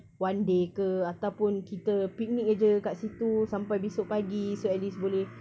one day ke ataupun kita picnic jer kat situ sampai esok pagi so at least boleh